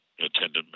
attendant